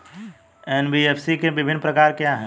NBFC के विभिन्न प्रकार क्या हैं?